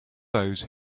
those